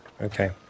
Okay